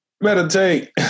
Meditate